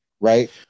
Right